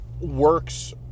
works